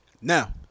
Now